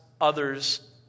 others